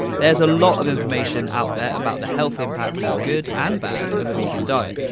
there's a lot of information out there about the health impacts good and bad of a vegan diet.